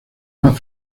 más